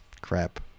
crap